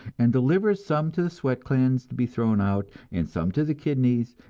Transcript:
and delivers some to the sweat glands to be thrown out, and some to the kidneys,